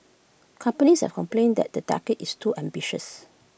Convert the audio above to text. companies have complained that the target is too ambitious